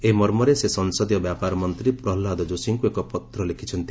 ଏହି ମର୍ମରେ ସେ ସଂସଦୀୟ ବ୍ୟାପାର ମନ୍ତ୍ରୀ ପ୍ରହ୍ଲାଦ ଯୋଶୀଙ୍କୁ ଏକ ପତ୍ର ଲେଖିଛନ୍ତି